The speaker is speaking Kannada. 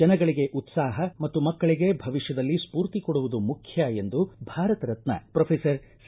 ಜನಗಳಗೆ ಉತ್ಸಾಹ ಮತ್ತು ಮಕ್ಕಳಗೆ ಭವಿಷ್ಠದಲ್ಲಿ ಸ್ಫೂರ್ತಿ ಕೊಡುವುದು ಮುಖ್ಯ ಎಂದು ಭಾರತ ರತ್ನ ಪ್ರೊಫೆಸರ್ ಸಿ